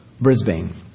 Brisbane